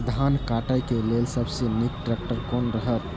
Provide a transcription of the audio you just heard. धान काटय के लेल सबसे नीक ट्रैक्टर कोन रहैत?